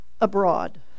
abroad